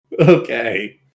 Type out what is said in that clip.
Okay